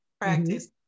practice